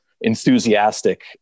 enthusiastic